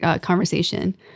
conversation